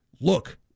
Look